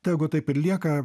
tegu taip ir lieka